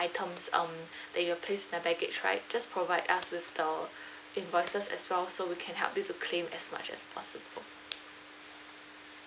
items um that you placed in the baggage right just provide us with the invoices as well so we can help you to claim as much as possible